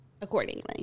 accordingly